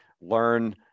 learn